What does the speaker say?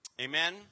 Amen